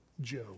Joe